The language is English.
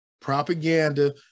propaganda